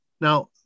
Now